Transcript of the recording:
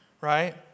right